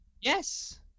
Yes